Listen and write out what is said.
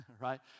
Right